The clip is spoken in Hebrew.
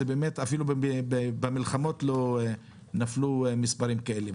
אפילו במלחמות לא נפלו במספרים כאלה.